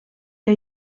que